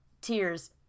Tears